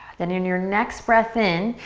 then in your next breath in,